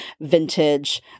vintage